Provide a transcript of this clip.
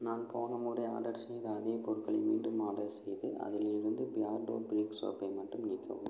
நான் போன முறை ஆடர் செய்த அதே பொருட்களை மீண்டும் ஆடர் செய்து அதுலிருந்து பியர்டோ ப்ரிக் சோப்பை மட்டும் நீக்கவும்